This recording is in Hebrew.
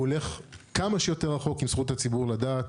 הוא הולך כמה שיותר רחוק עם זכות הציבור לדעת.